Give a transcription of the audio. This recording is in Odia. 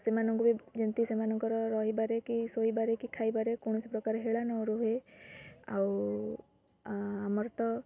ସେମାନଙ୍କୁ ବି ଯେମିତି ସେମାନଙ୍କର ରହିବାରେ କି ଶୋଇବାରେ କି ଖାଇବାରେ କୌଣସି ପ୍ରକାର ହେଳା ନ ରୁହେ ଆଉ ଆମର ତ